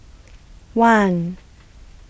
one